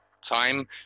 time